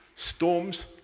storms